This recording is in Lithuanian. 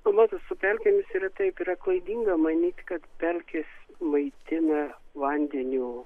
nu matot su pelkėmis yra taip yra klaidinga manyti kad pelkės maitina vandeniu